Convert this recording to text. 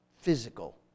physical